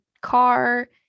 car